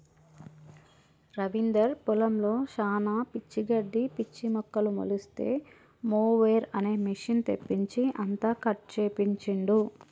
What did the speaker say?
రవీందర్ పొలంలో శానా పిచ్చి గడ్డి పిచ్చి మొక్కలు మొలిస్తే మొవెర్ అనే మెషిన్ తెప్పించి అంతా కట్ చేపించిండు